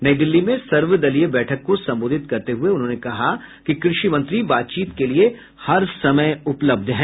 नई दिल्ली में सर्वदलीय बैठक को संबोधित करते हुये उन्होंने कहा कि कृषि मंत्री बातचीत के लिए हर समय उपलब्ध हैं